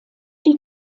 die